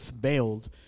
bailed